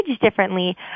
differently